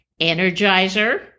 Energizer